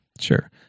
Sure